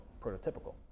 prototypical